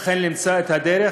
אכן למצוא את הדרך,